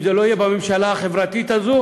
אם זה לא יהיה בממשלה החברתית הזאת,